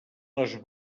les